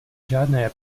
žádné